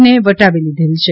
ને વટાવી દીઘેલ છે